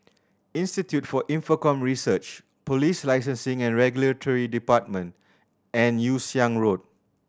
Institute for Infocomm Research Police Licensing and Regulatory Department and Yew Siang Road